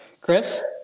Chris